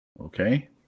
Okay